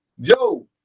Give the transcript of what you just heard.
Joe